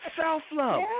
self-love